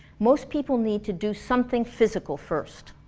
most people need to do something physical first